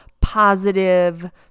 positive